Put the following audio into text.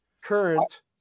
current